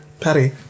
patty